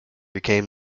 became